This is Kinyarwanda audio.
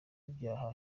icyaha